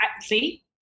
see